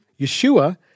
Yeshua